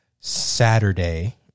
Saturday